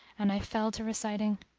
and i fell to reciting